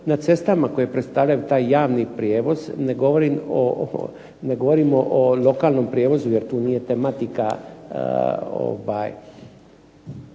na cestama koji predstavljaju taj javni prijevoz. Ne govorimo o lokalnom prijevozu jer tu nije tematika